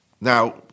Now